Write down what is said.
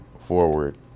forward